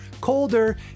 colder